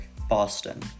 Boston